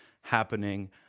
happening